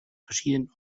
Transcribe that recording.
verschiedenen